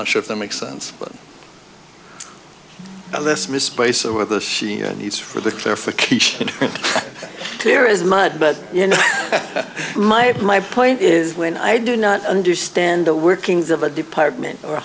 not sure if that makes sense at this myspace or the she needs for the clarification here is mud but you know my my point is when i do not understand the workings of a department or